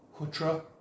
Kutra